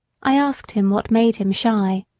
i asked him what made him shy.